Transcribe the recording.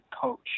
coach